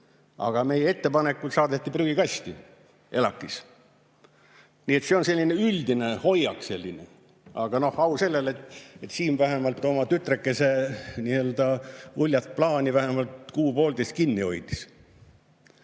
Aga meie ettepanekuid saadeti ELAK-is prügikasti. Nii et see on selline üldine hoiak. Aga au sellele, et Siim vähemalt oma tütrekese nii‑öelda uljast plaani vähemalt kuu-poolteist kinni hoidis. Ja